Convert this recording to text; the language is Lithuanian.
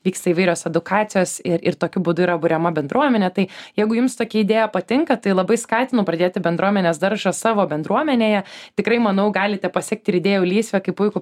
vyksta įvairios edukacijos ir ir tokiu būdu yra buriama bendruomenė tai jeigu jums tokia idėja patinka tai labai skatinu pradėti bendruomenės daržas savo bendruomenėje tikrai manau galite pasekti ir idėjų lysvę kaip puikų